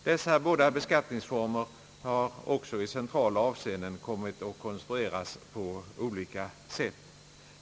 Dessa båda beskattningsformer har också i centrala avseenden kommit att konstrueras på olika sätt.